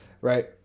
Right